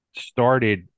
started